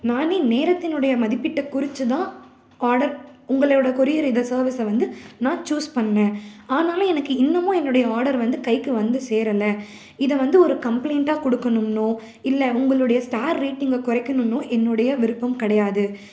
நான் நேரத்தினுடைய மதிப்பீட்டை குறித்து தான் ஆர்டர் உங்களோடய கொரியர் இதை சர்வீஸ வந்து நான் சூஸ் பண்ணுணேன் ஆனாலும் எனக்கு இன்னமும் என்னுடைய ஆர்டர் வந்து கைக்கு வந்து சேரலை இதை வந்து ஒரு கம்ப்ளைண்ட்டாக கொடுக்குணும்ன்னோ இல்லை உங்களுடைய ஸ்டார்ட் ரேட்டிங்கை குறைக்குணுன்னோ என்னுடைய விருப்பம் கிடையாது